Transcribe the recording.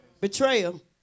betrayal